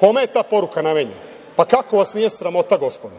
Kome je ta poruka namenjena? Pa kako vas nije sramota, gospodo?